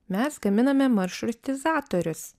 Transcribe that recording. mes gaminame maršrutizatorius